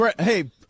Hey